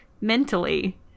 mentally